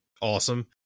awesome